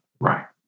right